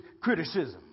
criticism